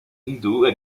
rideaux